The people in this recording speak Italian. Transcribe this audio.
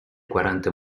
quaranta